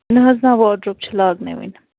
نہَ حظ نہَ واڈروٗب چھِ لاگنَے وُنہِ